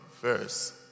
verse